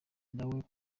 nawe